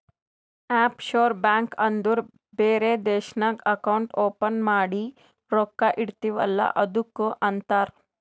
of sure bank ಅಂದುರ್ ಬೇರೆ ದೇಶ್ನಾಗ್ ಅಕೌಂಟ್ ಓಪನ್ ಮಾಡಿ ರೊಕ್ಕಾ ಇಡ್ತಿವ್ ಅಲ್ಲ ಅದ್ದುಕ್ ಅಂತಾರ್